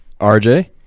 RJ